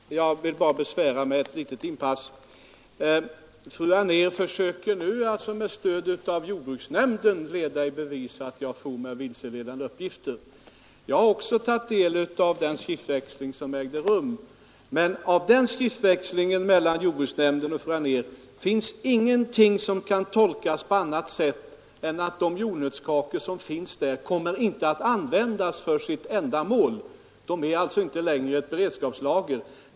Herr talman! Jag vill bara be: ära med ett litet inpass. Fru Anér försöker med stöd av jordbruksnämnden leda i bevis att jag for med vilseledande uppgifter. Jag har också tagit del av skriftväxlingen mellan jordbruksnämnden och fru Anér. Det finns där ingenting som kan tolkas på annat sätt än att de jordnötskakor som finns inte kommer att användas för sitt ändamål. De utgör alltså inte längre något beredskapslager.